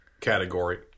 category